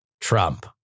Trump